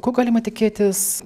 ko galima tikėtis